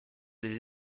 des